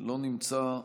לא נמצא,